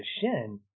shin